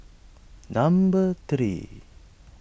number three